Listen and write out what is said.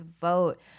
vote